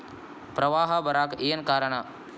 ಪ್ರವಾಹ ಬರಾಕ್ ಏನ್ ಕಾರಣ?